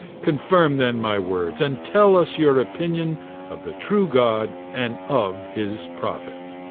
confirm, then, my words, and tell us your opinion of the true god and of his prophet.